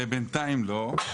בינתיים לא.